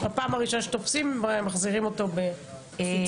בפעם הראשונה שתופסים מחזירים לרשות.